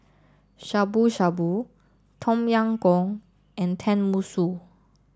Shabu Shabu Tom Yam Goong and Tenmusu